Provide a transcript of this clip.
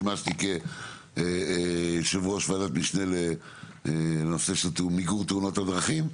שימשתי כיושב ראש וועדת משנה לנושא של מיגור תאונות הדרכים,